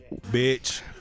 Bitch